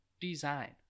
design